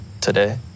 today